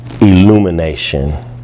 illumination